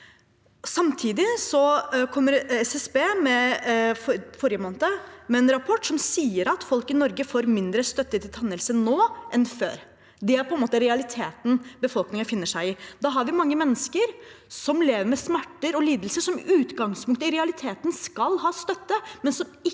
måned kom SSB med en rapport som sier at folk i Norge får mindre støtte til tannhelse nå enn før. Det er realiteten befolkningen befinner seg i. Da har vi mange mennesker som lever med smerter og lidelser, som i utgangspunktet, i realiteten, skal ha støtte,